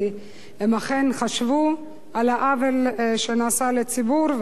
כי הם אכן חשבו על העוול שנעשה לציבור,